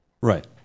Right